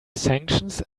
sanctions